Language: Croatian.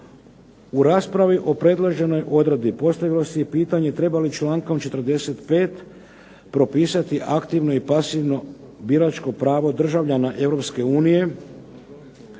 U raspravi o predloženoj odredbi postavilo se i pitanje treba li člankom 45. propisati aktivno i pasivno biračko prava državljana